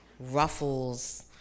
ruffles